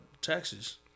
taxes